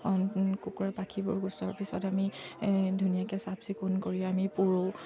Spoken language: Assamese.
কুকুৰা পাখিবোৰ গুচোৱাৰ পিছত আমি ধুনীয়াকৈ চাফচিকুণ কৰি আমি পুৰোঁ